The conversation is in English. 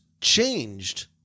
changed